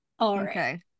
okay